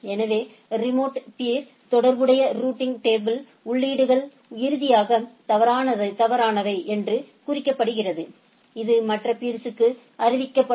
எனவே ரிமோட் பியருடன் தொடர்புடைய ரூட்டிங் டேபிளின் உள்ளீடுகள் இறுதியாக தவறானவை என்று குறிக்கப்படுகின்றன இது மற்ற பீர்ஸ்களுக்கு அறிவிக்கப்படும்